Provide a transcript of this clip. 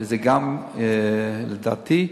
ולדעתי,